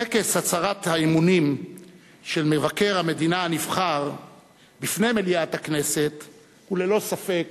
טקס הצהרת האמונים של מבקר המדינה הנבחר בפני מליאת הכנסת הוא ללא ספק